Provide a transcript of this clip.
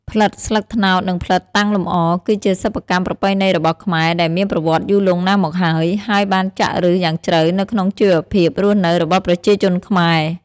ផ្លិតស្លឹកត្នោត និងផ្លិតតាំងលម្អ គឺជាសិប្បកម្មប្រពៃណីរបស់ខ្មែរដែលមានប្រវត្តិយូរលង់ណាស់មកហើយ ហើយបានចាក់ឫសយ៉ាងជ្រៅនៅក្នុងជីវភាពរស់នៅរបស់ប្រជាជនខ្មែរ។